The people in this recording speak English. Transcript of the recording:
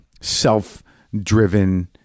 self-driven